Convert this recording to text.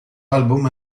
album